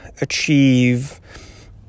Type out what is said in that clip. achieve